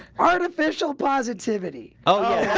artificial positivity oh